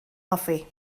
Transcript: hoffi